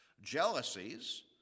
Jealousies